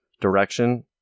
direction